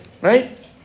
Right